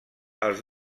els